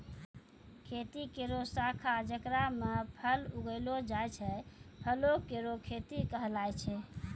खेती केरो शाखा जेकरा म फल उगैलो जाय छै, फलो केरो खेती कहलाय छै